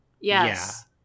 Yes